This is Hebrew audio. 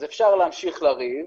אז אפשר להמשיך לריב,